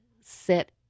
sit